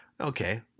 Okay